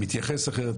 מתייחס אחרת,